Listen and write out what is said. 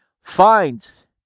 finds